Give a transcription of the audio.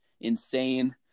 insane